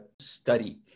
study